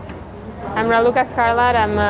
i'm raluca scarlat. i'm